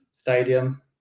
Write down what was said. stadium